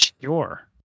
sure